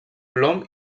plom